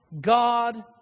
God